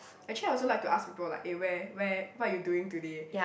actually I also like to ask people like eh where where what you doing today